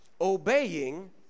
obeying